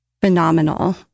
phenomenal